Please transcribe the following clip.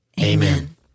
Amen